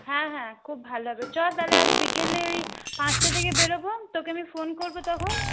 হ্যাঁ হ্যাঁ খুব ভালো হবে চল তাহলে আজ বিকেলেই পাঁচটার দিকে বেরবো তোকে আমি ফোন করবো তখন